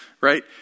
Right